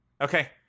Okay